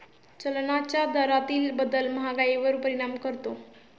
चलनाच्या दरातील बदल महागाईवर परिणाम करतो